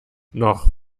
noch